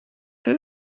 peu